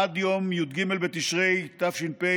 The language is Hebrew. עד יום י"ג בתשרי תש"ף,